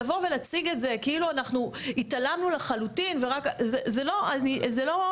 לבוא ולהציג את זה כאילו שאנחנו התעלמנו לחלוטין זה לא נכון,